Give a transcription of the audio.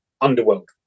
underworld